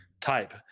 type